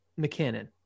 McKinnon